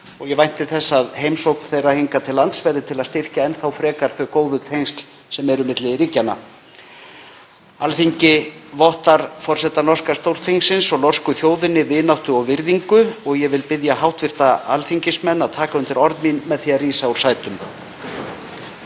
og ég vænti þess að heimsókn þeirra til Íslands verði til þess að styrkja enn frekar þau góðu tengsl sem eru milli ríkjanna. Alþingi vottar forseta norska Stórþingsins og norsku þjóðinni vináttu og virðingu og ég vil biðja hv. alþingismenn að taka undir orð mín með því að rísa úr sætum.